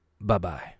Bye-bye